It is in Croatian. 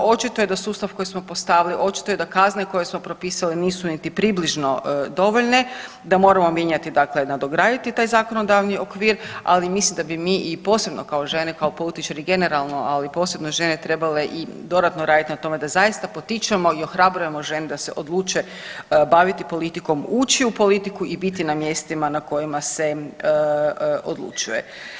Očito je da sustav koji smo postavili, očito je da kazne koje smo propisali nisu niti približno dovoljne, da moramo mijenjati dakle nadograditi taj zakonodavni okvir, ali mislim da bi mi i posebno kao žene, kao političari generalno, ali posebno žene trebale i dodatno raditi na tome da zaista potičemo i ohrabrujemo žene da se odluče baviti politikom, ući u politiku i biti na mjestima na kojima se odlučuje.